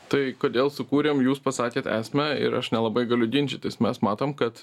tai kodėl sukūrėm jūs pasakėt esmę ir aš nelabai galiu ginčytis mes matom kad